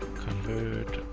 convert.